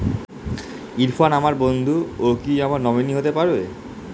ইরফান আমার বন্ধু ও কি আমার নমিনি হতে পারবে?